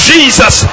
Jesus